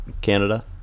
Canada